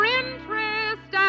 interest